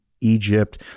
egypt